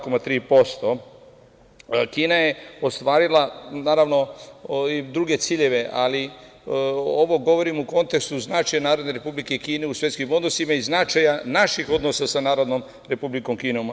Kina je ostvarila, naravno, i druge ciljeve, ali ovo govorim u kontekstu značaja Narodne Republike Kine u svetskim odnosima i značaja naših odnosa sa Narodnom Republikom Kinom.